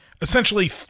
essentially